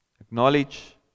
Acknowledge